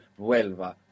vuelva